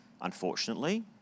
Unfortunately